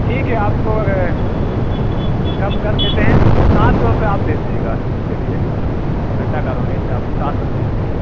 ٹھیک ہے آپ کو اگر کم کر دیتے ہیں سات سو روپیہ آپ دے دیجیے گا چلیے کھڈا کالونی سے آپ سات سو روپیہ دے دیجیے گا